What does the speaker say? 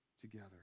together